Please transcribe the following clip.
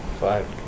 Five